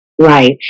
right